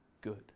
good